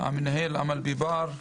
מנהל הוועדה אמל ביבאר,